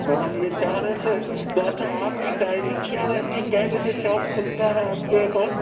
تو ہم یہ چاہ رہے تھے تو اچھا آپ کی ٹائمنگ کیا رہتی کئے بجے شاپ کُھلتا ہے آپ کے پاس